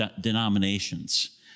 denominations